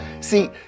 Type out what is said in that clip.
See